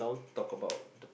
talk about the